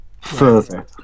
further